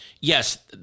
yes